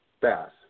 Bass